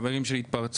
חברים שלי התפרצו,